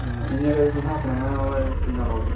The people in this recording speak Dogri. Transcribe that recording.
इ'यां कदें तुसें अपना बनाना होए ते किन्ना लाई ओड़दे